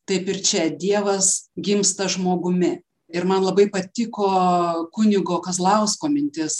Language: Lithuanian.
taip ir čia dievas gimsta žmogumi ir man labai patiko kunigo kazlausko mintis